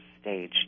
stage